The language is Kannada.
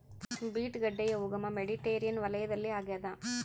ಬೀಟ್ ಗಡ್ಡೆಯ ಉಗಮ ಮೆಡಿಟೇರಿಯನ್ ವಲಯದಲ್ಲಿ ಆಗ್ಯಾದ